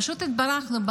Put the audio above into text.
פשוט התברכנו,